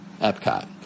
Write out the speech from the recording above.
Epcot